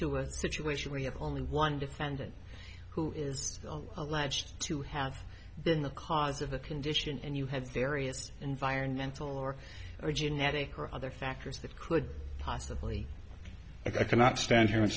to a situation we have only one defendant who is alleged to have been the cause of a condition and you have various environmental or or genetic or other factors that could possibly i cannot stand here and